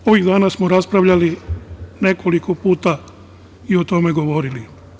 Ovih dana smo raspravljali nekoliko puta i o tome govorili.